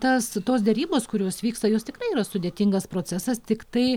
tas tos derybos kurios vyksta jos tikrai yra sudėtingas procesas tiktai